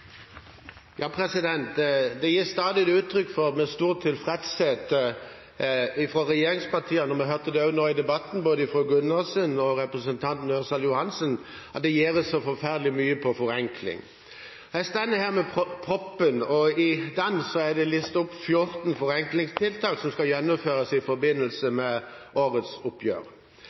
Det gis stadig uttrykk for, med stor tilfredshet fra regjeringspartiene – vi hørte det nå i debatten både fra representanten Gundersen og representanten Ørsal Johansen – at det gjøres så forferdelig mye når det gjelder forenkling. Jeg står her med proposisjonen, og i den er det listet opp 14 forenklingstiltak som skal gjennomføres i forbindelse